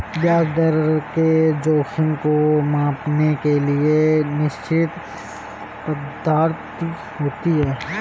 ब्याज दर के जोखिम को मांपने के लिए निश्चित पद्धति होती है